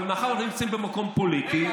אבל מאחר שאנחנו נמצאים במקום פוליטי,